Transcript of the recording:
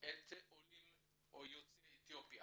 עולים יוצאי אתיופיה.